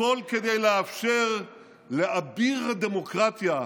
הכול כדי לאפשר לאביר הדמוקרטיה,